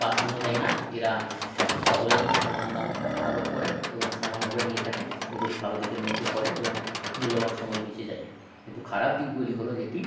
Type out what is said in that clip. প্রাধান্য দেয় না এরা সকলের জন্য সমান দাম থা আরোপ করেন এবং সমানভাবে নিয়ে থাকেন এগুলি ভালো দিকের মধ্যে পড়ে এবং মূল্যবান সময় বেঁচে যায় কিন্তু খারাপ দিকগুলি হলো যেটি